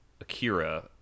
Akira